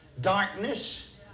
darkness